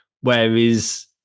whereas